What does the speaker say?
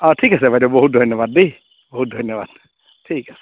অঁ ঠিক আছে বাইদেউ বহুত ধন্যবাদ দেই বহুত ধন্যবাদ ঠিক আছে